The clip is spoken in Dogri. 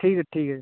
ठीक ऐ ठीक ऐ भी